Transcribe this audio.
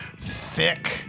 thick